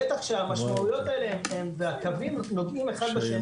בטח שהמשמעותיות האלה והקווים נוגעים אחד בשני.